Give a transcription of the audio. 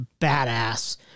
badass